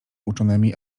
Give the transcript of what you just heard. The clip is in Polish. uczonymi